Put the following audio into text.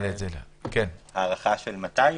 יש הערכה, מתי?